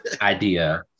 idea